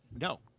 No